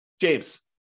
James